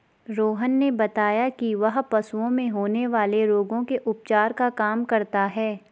रोहन ने बताया कि वह पशुओं में होने वाले रोगों के उपचार का काम करता है